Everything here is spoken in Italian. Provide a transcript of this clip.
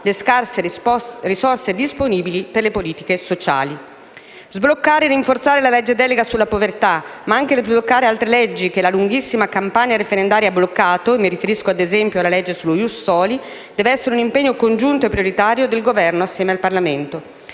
le scarse risorse disponibili per le politiche sociali. Sbloccare e rinforzare la delega sulla povertà, ma anche altre normative che la lunghissima campagna referendaria ha bloccato (mi riferisco ad esempio alla legge sullo *ius soli*), deve essere un impegno congiunto e prioritario del Governo assieme al Parlamento.